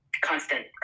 constant